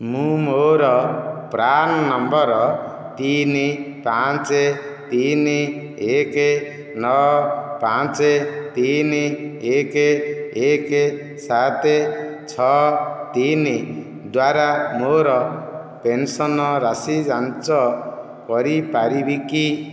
ମୁଁ ମୋର PRAN number ତିନି ପାଞ୍ଚ ତିନି ଏକ ନଅ ପାଞ୍ଚ ତିନି ଏକ ଏକ ସାତ ଛଅ ତିନି ଦ୍ଵାରା ମୋର ପେନ୍ସନ୍ ରାଶି ଯାଞ୍ଚ କରିପାରିବି କି